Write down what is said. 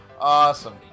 awesome